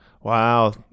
Wow